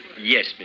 Yes